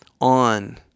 on